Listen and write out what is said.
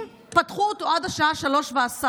אם פתחו אותו עד השעה 15:10,